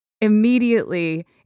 immediately